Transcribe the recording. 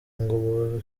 ngo